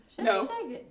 No